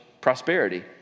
prosperity